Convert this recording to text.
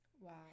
Wow